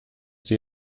sie